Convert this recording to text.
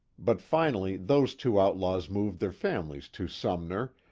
but finally those two outlaws moved their families to sumner,